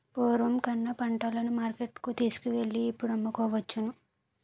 పూర్వం కన్నా పంటలను మార్కెట్టుకు తీసుకువెళ్ళి ఇప్పుడు అమ్ముకోవచ్చును